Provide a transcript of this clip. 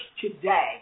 today